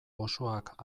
osoak